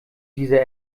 dieser